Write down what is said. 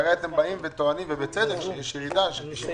והרי אתם טוענים, ובצדק, שיש ירידה של 8%,